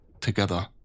Together